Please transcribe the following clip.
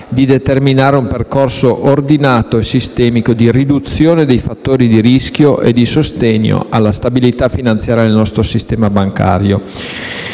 di determinare un percorso ordinato e sistemico di riduzione dei fattori di rischio e di sostegno alla stabilità finanziaria del nostro sistema bancario.